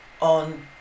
on